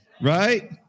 right